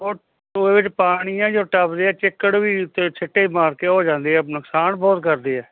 ਉਹ ਟੋਏ 'ਚ ਪਾਣੀ ਆ ਜਦੋਂ ਟੱਪਦੇ ਆ ਚਿੱਕੜ ਵੀ ਉੱਥੇ ਛਿੱਟੇ ਮਾਰ ਕੇ ਉਹ ਜਾਂਦੇ ਆ ਨੁਕਸਾਨ ਬਹੁਤ ਕਰਦੇ ਆ